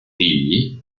figli